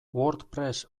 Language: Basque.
wordpress